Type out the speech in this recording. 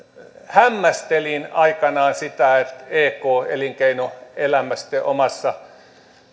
hämmästelin aikanaan sitä että ek elinkeinoelämä sitten omassa